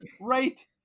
right